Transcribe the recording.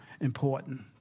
important